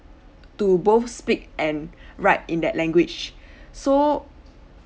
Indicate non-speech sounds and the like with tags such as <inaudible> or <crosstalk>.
to both speak and <breath> write in that language <breath> so